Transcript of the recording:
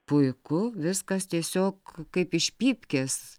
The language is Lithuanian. puiku viskas tiesiog kaip iš pypkės